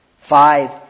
Five